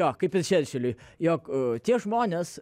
jo kaip ir čerčiliui jog tie žmonės